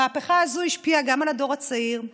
המהפכה הזו השפיעה גם על הדור הצעיר,